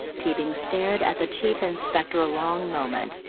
teabing stared at the chief inspector a long moment,